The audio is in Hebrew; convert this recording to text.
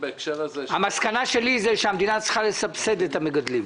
המסקנה שלי היא שהמדינה צריכה לסבסד את המְגדלים.